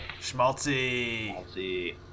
Schmaltzy